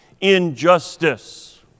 injustice